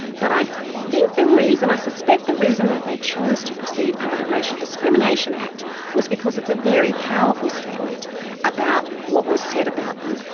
but i think the reason, i suspect the reason that they chose to proceed under the racial discrimination act was because it's a very powerful statement about what was said about them.